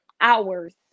hours